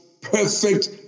perfect